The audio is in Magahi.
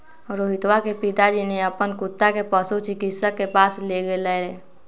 रोहितवा के पिताजी ने अपन कुत्ता के पशु चिकित्सक के पास लेगय लय